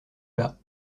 bas